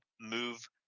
move